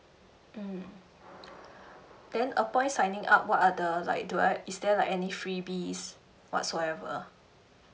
mm then upon signing up what are the like do I is there like any freebies whatsoever